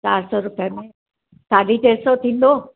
चारि सौ रुपये में साढी टे सौ थींदो